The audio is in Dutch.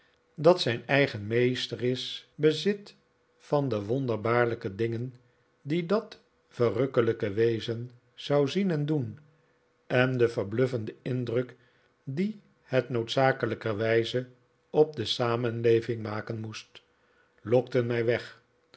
dat zijn eigen meester is bezit van de wonderbaarlijke dingen die dat verrukkelijke wezen zou zien en doen en den verbluffenden indruk dien het noodzakelijkerwijze op de samenleving maken moest lokten mij weg